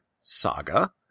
saga